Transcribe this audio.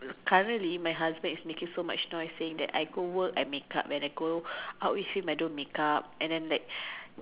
currently my husband is making so much noise saying that I go work I makeup when I go out with him I don't makeup and then like